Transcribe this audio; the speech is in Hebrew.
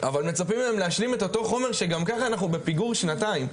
אבל מצפים מהם להשלים את אותו חומר שגם ככה אנחנו בפיגור שנתיים.